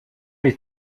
les